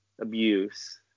abuse